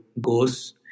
goes